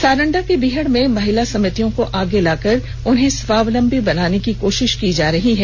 सारंडा के बीहड़ में महिला समितियों को आगे लाकर उनको स्वावलंबी बनाने की कोशिश की जा रही है